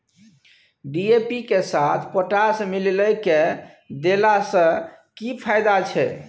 DAP के साथ potash मिललय के देला स की फायदा छैय?